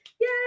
Yay